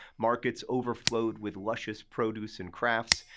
markets overflowed with luscious produce and crafts,